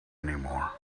anymore